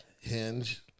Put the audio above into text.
hinge